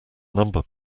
number